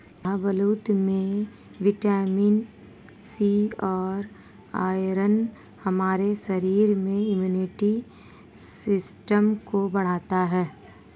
शाहबलूत में vitamin C और आयरन हमारे शरीर में इम्युनिटी सिस्टम को बढ़ता है